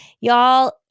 Y'all